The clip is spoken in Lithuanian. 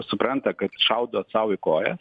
supranta kad šaudo sau į kojas